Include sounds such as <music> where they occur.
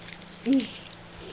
<noise>